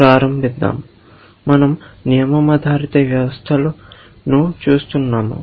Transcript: ప్రారంభిద్దాం మనం నియమం ఆధారిత వ్యవస్థలను చూస్తున్నాము